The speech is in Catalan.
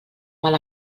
mal